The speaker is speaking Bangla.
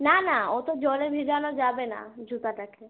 না না ও তো জলে ভিজানো যাবে না জুতাটাকে